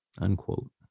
Unquote